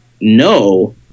no